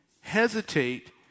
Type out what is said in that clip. hesitate